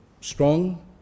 strong